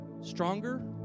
stronger